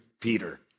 Peter